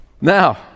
Now